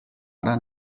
ara